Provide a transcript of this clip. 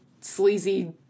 sleazy